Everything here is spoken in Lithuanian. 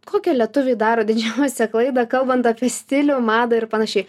kokią lietuviai daro didžiausią klaidą kalbant apie stilių madą ir panašiai